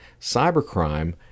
cybercrime